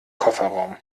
kofferraum